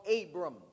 Abram